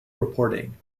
reporting